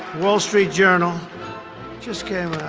wall street journal just gave